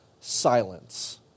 silence